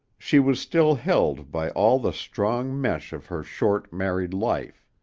she was still held by all the strong mesh of her short married life.